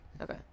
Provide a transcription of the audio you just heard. Okay